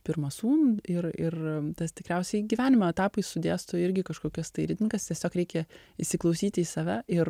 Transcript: pirmą sūnų ir ir tas tikriausiai gyvenimo etapai sudėsto irgi kažkokias tai ritmikas tiesiog reikia įsiklausyti į save ir